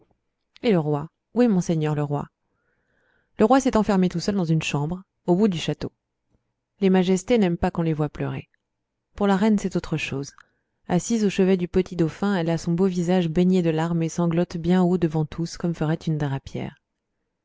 et le roi où est monseigneur le roi le roi s'est enfermé tout seul dans une chambre au bout du château les majestés n'aiment pas qu'on les voie pleurer pour la reine c'est autre chose assise au chevet du petit dauphin elle a son beau visage baigné de larmes et sanglote bien haut devant tous comme ferait une drapière